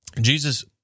Jesus